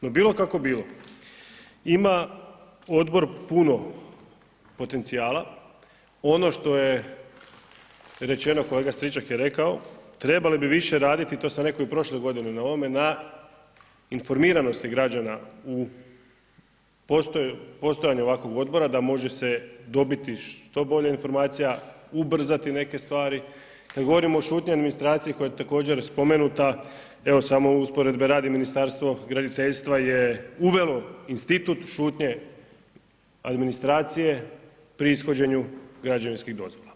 No bilo kako bilo, ima odbor puno potencijala, ono što je rečeno, kolega Stričak je rekao, trebali bi više raditi, i to sam rekao i prošle godine na ovome, na informiranosti građana u postojanju ovakvog odbora da može se dobiti što bolja informacija, ubrzati neke stvari, kad govorimo o šutnji administracije koja je također spomenuta, evo samo u usporedbe radi, Ministarstvo graditeljstva je uvelo institut šutnje administracije pri ishođenju građevinskih dozvola.